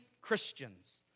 Christians